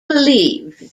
believed